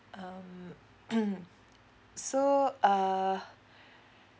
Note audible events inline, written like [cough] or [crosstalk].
mm [noise] so uh